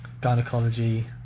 gynecology